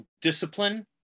discipline